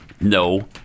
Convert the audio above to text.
No